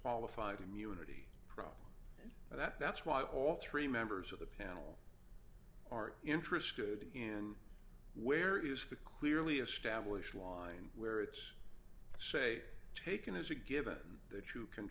qualified immunity problem that that's why all three members of the panel are interested in where is the clearly established line where it's say taken as a given that you can